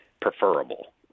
preferable